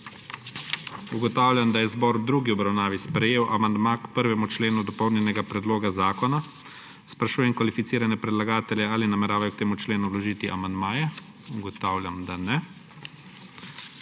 Ugotavljam, da je zbor v drugi obravnavi sprejel amandma k 1. členu dopolnjenega predloga zakona. Sprašujem kvalificirane predlagatelje, ali nameravajo k temu členu vložiti amandmaje. Ugotavljam, da ne.